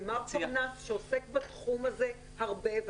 ומר פרנס שעוסק בתחום הזה הרבה,